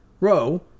row